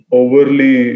overly